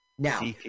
Now